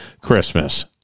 christmas